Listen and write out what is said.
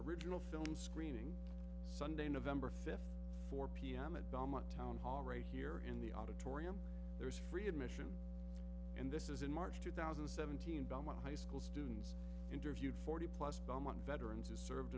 original film screening sunday november fifth four pm adama town hall right here in the auditorium there is free admission and this is in march two thousand and seventeen by my high school students interviewed forty plus belmont veterans who served